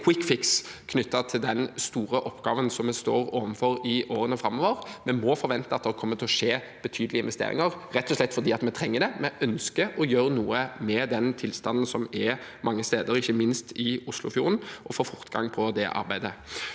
måte ingen kvikkfiks knyttet til den store oppgaven vi står overfor i årene framover. Vi må forvente at det kommer til å skje betydelige investeringer, rett og slett fordi vi trenger det. Vi ønsker å gjøre noe med den tilstanden som er mange steder, ikke minst i Oslofjorden, og få fortgang på det arbeidet.